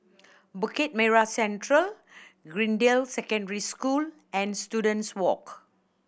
Bukit Merah Central Greendale Secondary School and Students Walk